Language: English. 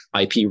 IP